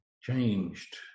changed